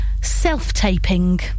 self-taping